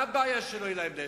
מה הבעיה שלא יהיה להם נשק?